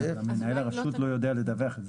מנהל הרשות לא יודע לדווח.